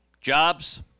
jobs